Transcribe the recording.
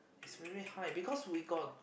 is very high because we got